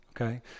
okay